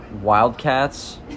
Wildcats